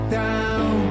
down